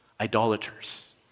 idolaters